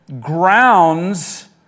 grounds